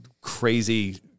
crazy